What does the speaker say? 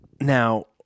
Now